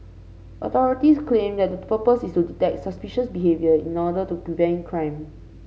authorities claim that the purpose is to detect suspicious behaviour in order to prevent crime